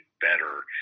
better